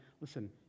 listen